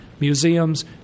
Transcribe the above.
museums